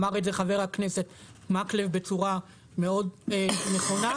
אמר את זה חבר הכנסת מקלב בצורה מאוד נכונה,